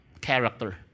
Character